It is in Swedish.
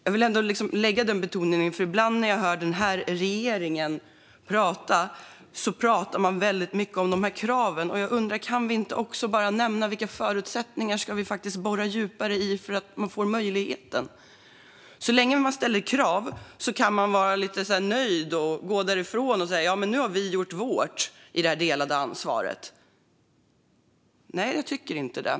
Jag vill betona det, för ibland pratar den här regeringen väldigt mycket om kraven. Kan vi inte också bara nämna vilka förutsättningar vi ska borra djupare i för att man ska få möjligheten? Ska man så länge man ställer krav kunna vara lite nöjd, gå därifrån och säga att nu har vi gjort vårt i det delade ansvaret? Nej, jag tycker inte det.